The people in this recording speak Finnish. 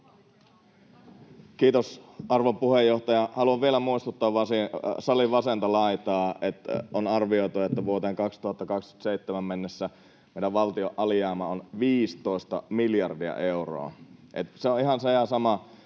Kiitos, arvon puheenjohtaja! Haluan vielä muistuttaa salin vasenta laitaa, että on arvioitu, että vuoteen 2027 mennessä meidän valtion alijäämä on 15 miljardia euroa. Se on ihan se ja sama,